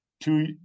two